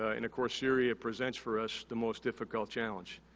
ah and, of course syria presents for us the most difficult challenge.